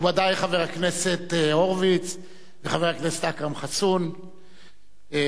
דברי הכנסת ה / מושב חמישי / ישיבה